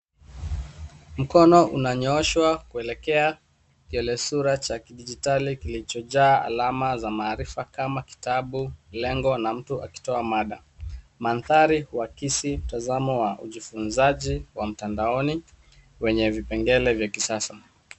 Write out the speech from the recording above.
Mkono unanyooshwa kuelekea kielesura cha kidijitali kilichojaa alama za maarifa kama kitabu, lengo na mtu akitoa mada. Mandhari uhakisi mtanzamo wa ujifunzaji wa mtandaoni wenye vipegele vya kisasa.